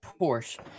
Porsche